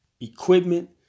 equipment